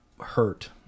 hurt